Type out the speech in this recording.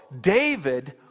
David